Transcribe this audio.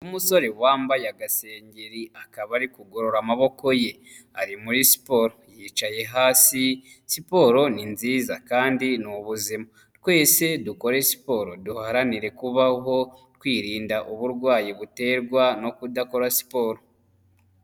Umusore wambaye agasengeri akaba ari kugorora amaboko ye, ari muri siporo. Yicaye hasi; siporo ni nziza, kandi ni ubuzima. Twese dukore siporo duharanire kubaho, twirinda uburwayi buterwa no kudakora siporo.